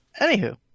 Anywho